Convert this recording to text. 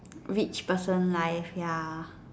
rich person life ya